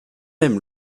aiment